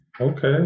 Okay